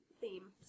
theme